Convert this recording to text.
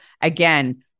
Again